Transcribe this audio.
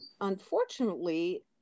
unfortunately